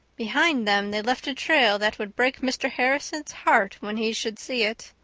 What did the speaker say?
behind them they left a trail that would break mr. harrison's heart when he should see it.